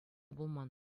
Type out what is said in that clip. пулман